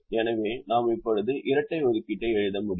எனவே நாம் இப்போது இரட்டை ஒதுக்கீட்டை எழுத முடியும்